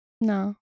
No